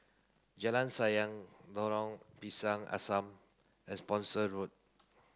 Jalan Sayang Lorong Pisang Asam and Spooner Road